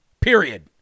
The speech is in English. period